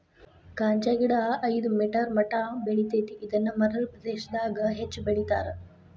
ಗಾಂಜಾಗಿಡಾ ಐದ ಮೇಟರ್ ಮಟಾ ಬೆಳಿತೆತಿ ಇದನ್ನ ಮರಳ ಪ್ರದೇಶಾದಗ ಹೆಚ್ಚ ಬೆಳಿತಾರ